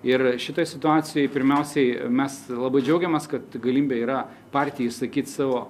ir šitoj situacijoj pirmiausiai mes labai džiaugiamės kad galymbė yra partijai išsakyti savo